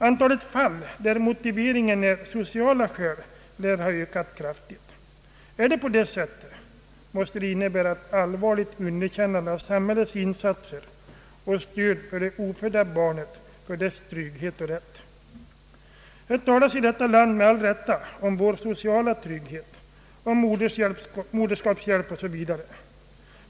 Antalet fall, där motiveringen ges av sociala skäl, har ökat kraftigt. Är lagtolkningen riktig måste det innebära ett allvarligt underkännande av samhällets insatser och stöd för det ofödda barnet, för dess trygghet och rätt. Det talas i detta land med all rätt om vår sociala trygghet med moderskapshjälp o.s.v.